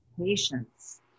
patience